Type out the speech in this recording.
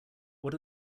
what